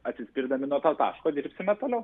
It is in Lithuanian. atsispirdami nuo to taško dirbsime toliau